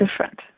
different